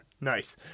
Nice